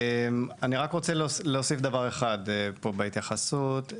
אני רק רוצה להוסיף דבר אחד פה בהתייחסות,